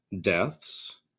deaths